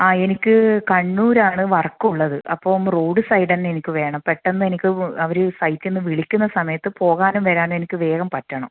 ആ എനിക്ക് കണ്ണൂരാണ് വർക്കുള്ളത് അപ്പം റോഡ് സൈഡ് തന്നെ എനിക്ക് വേണം അപ്പം പെട്ടന്നെനിക്ക് അവര് സൈറ്റിൽ നിന്ന് വിളിക്കുന്ന സമയത്ത് പോകാനും വരാനും എനിക്ക് വേഗം പറ്റണം